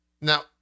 Now